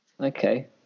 okay